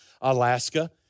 Alaska